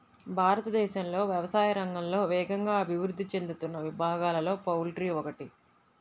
భారతదేశంలో వ్యవసాయ రంగంలో వేగంగా అభివృద్ధి చెందుతున్న విభాగాలలో పౌల్ట్రీ ఒకటి